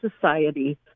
society